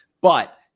But-